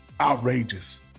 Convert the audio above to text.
outrageous